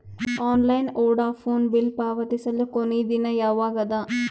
Online Vodafone bill ಪಾವತಿಸುವ ಕೊನಿ ದಿನ ಯವಾಗ ಅದ?